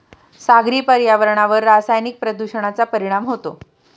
सागरी पर्यावरणावर रासायनिक प्रदूषणाचा परिणाम होतो